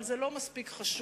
אבל זה לא מספיק חשוב,